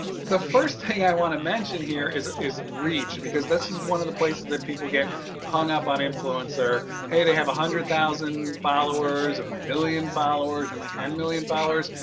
the first thing i want to mention here is is reach because this is one of the places that people get hung up on influencer hey they have one hundred thousand followers or million followers or ten million followers.